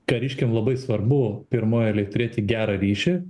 kariškiam labai svarbu pirmoj eilėj turėti gerą ryšį